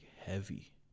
heavy